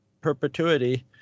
perpetuity